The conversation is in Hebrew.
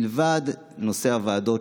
מלבד נושא הוועדות,